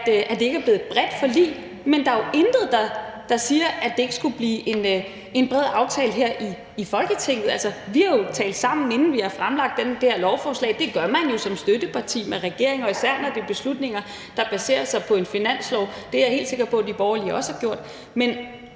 det ikke er blevet et bredt forlig, men der er jo intet, der siger, at det ikke skulle blive en bred aftale her i Folketinget. Altså, vi har jo talt sammen, inden det her lovforslag er blevet fremsat; det gør man jo som støtteparti, altså taler med regeringen, og især når det er beslutninger, der baserer sig på en finanslov. Det er jeg helt sikker på de borgerlige også har gjort.